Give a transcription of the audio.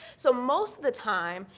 so most of the time,